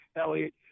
Elliot